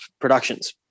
Productions